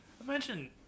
Imagine